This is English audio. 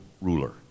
ruler